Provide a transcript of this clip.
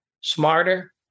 smarter